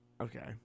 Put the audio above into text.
Okay